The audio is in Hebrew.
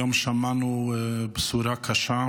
היום שמענו בשורה קשה,